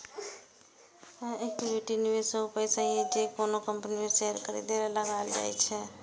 equity निवेश ऊ पैसा छियै, जे कोनो कंपनी के शेयर खरीदे मे लगाएल जाइ छै